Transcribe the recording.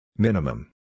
Minimum